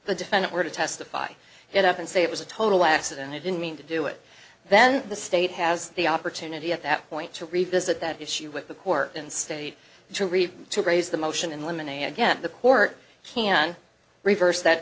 the defendant were to testify it up and say it was a total accident i didn't mean to do it then the state has the opportunity at that point to revisit that issue with the court and state to raise the motion in limine a again the court can reverse that